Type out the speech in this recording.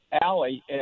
Allie